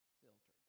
filtered